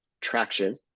Traction